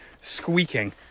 squeaking